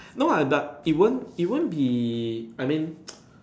no lah that it won't it won't be I mean